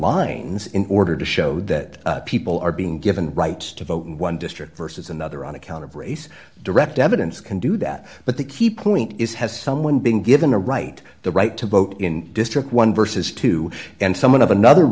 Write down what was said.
lines in order to show that people are being given rights to vote in one district versus another on account of race direct evidence can do that but the key point is has someone been given a right the right to vote in district one vs two and someone of another